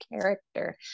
character